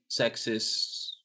sexist